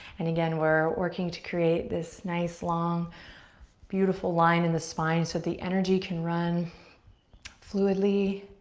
and, again, we're working to create this nice long beautiful line in the spine so the energy can run fluidly,